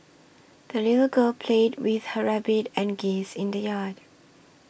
the little girl played with her rabbit and geese in the yard